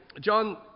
John